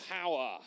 power